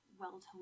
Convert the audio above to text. well-toned